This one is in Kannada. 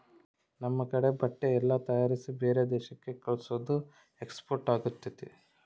ನಮ್ ಕಡೆ ಬಟ್ಟೆ ಎಲ್ಲ ತಯಾರಿಸಿ ಬೇರೆ ದೇಶಕ್ಕೆ ಕಲ್ಸೋದು ಎಕ್ಸ್ಪೋರ್ಟ್ ಆಗುತ್ತೆ